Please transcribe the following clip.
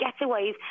getaways